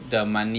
so